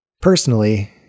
Personally